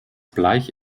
bleich